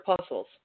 puzzles